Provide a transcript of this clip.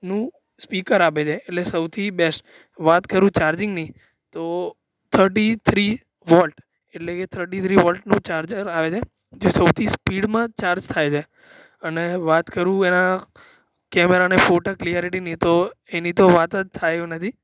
નું સ્પીકર આપે છે એટલે સૌથી બેસ્ટ વાત કરું ચાર્જિંગની તો થર્ટી થ્રી વૉલ્ટ એટલે કે થર્ટી થ્રી વૉટનું ચાર્જર આવે છે જે સૌથી સ્પીડમાં ચાર્જ થાય છે અને વાત કરું એના કેમેરા ને ફોટા ક્લેરિટીની તો એની તો વાત જ થાય એવું નથી